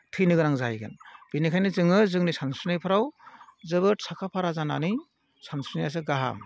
थैनो गोनां जाहैगोन बिनिखायनो जोङो जोंनि सानस्रिनायफोराव जोबोद साखा फारा जानानै सानस्रिनायासो गाहाम